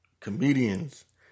comedians